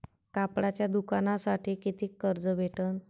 कापडाच्या दुकानासाठी कितीक कर्ज भेटन?